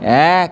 এক